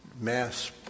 mass